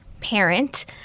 parent